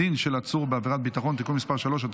מעצר לחשוד בעבירת ביטחון) (תיקון מס' 3),